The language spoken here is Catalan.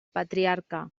patriarca